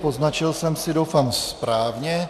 Poznačil jsem si doufám správně.